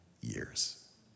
years